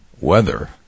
weather